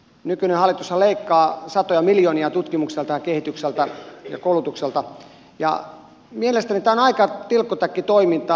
nykyinen hallitushan leikkaa satoja miljoonia tutkimukselta ja kehitykseltä ja koulutukselta ja mielestäni tämä on aika tilkkutäkkitoimintaa